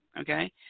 okay